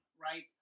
right